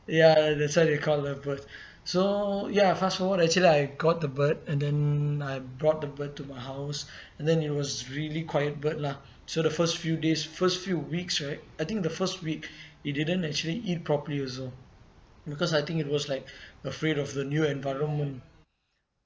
ya that's why they're called lovebirds so ya fast forward actually I got the bird and then I brought the bird to my house and then it was really quiet bird lah so the first few days first few weeks right I think the first week it didn't actually eat properly also because I think it was like afraid of the new environment